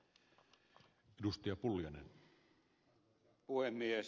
arvoisa puhemies